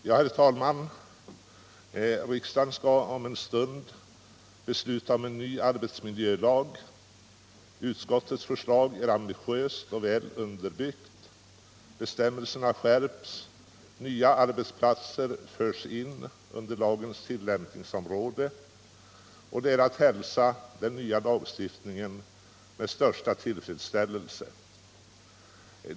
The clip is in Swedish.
Herr talman! Riksdagen skall om en stund besluta om en ny arbetsmiljölag. Utskottets förslag är ambitiöst och väl underbyggt. Bestämmelserna skärps och nya arbetsplatser förs in under lagens tillämpningsområde. Den nya lagstiftningen är att hälsa med största tillfredsställelse.